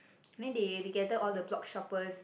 I mean they they gather all the blogshoppers